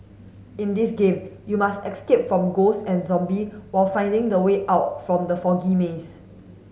in this game you must escape from ghost and zombie while finding the way out from the foggy maze